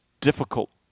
difficult